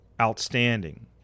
outstanding